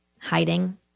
hiding